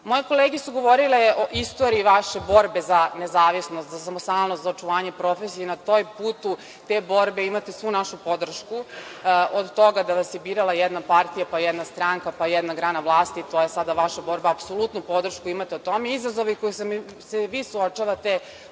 Moje kolege su govorile o istoriji vaše borbe za nezavisnost, za samostalnost, za očuvanje profesije i na tom putu te borbe imate svu našu podršku, od toga da vas je birala jedna partija, pa jedna stranka, pa jedna grana vlasti, to je sada vaša borba, apsolutnu podršku imate u tome. Izazovi sa kojima se vi suočavate